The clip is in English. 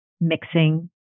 mixing